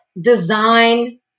design